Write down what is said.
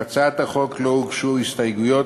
להצעת החוק לא הוגשו הסתייגויות.